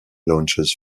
launches